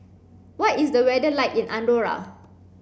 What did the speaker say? what is the weather like in Andorra